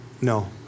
No